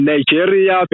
Nigeria